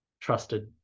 trusted